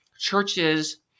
churches